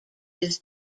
his